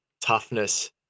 toughness